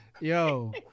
Yo